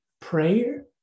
Prayer